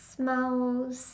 miles